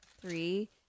three